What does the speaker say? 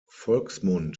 volksmund